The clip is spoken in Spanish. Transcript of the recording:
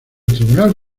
tribunal